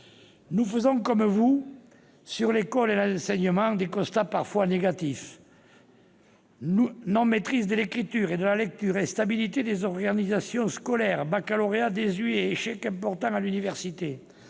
vous, nos constats sur l'école et l'enseignement sont parfois négatifs : absence de maîtrise de l'écriture et de la lecture, instabilité des organisations scolaires, baccalauréat désuet, échec important à l'université.